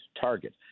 target